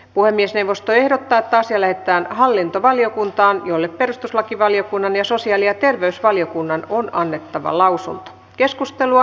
puhemiesneuvosto ehdottaa että asia lähetetään hallintovaliokuntaan jolle perustuslakivaliokunnan ja sosiaali ja terveysvaliokunnan on annettava lausunto